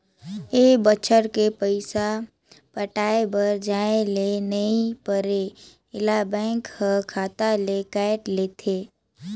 ए बच्छर के पइसा पटाये बर जाये ले नई परे ऐला बेंक हर खाता ले कायट लेथे